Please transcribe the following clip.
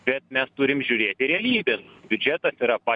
bet mes turim žiūrėti realybėn biudžetas yra pa